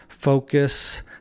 focus